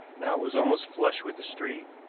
now it was almost flush with the street,